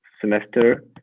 semester